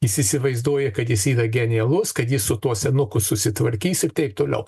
jis įsivaizduoja kad jis yra genialus kad jis su tuo senuku susitvarkys ir taip toliau